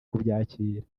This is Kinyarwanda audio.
kubyakira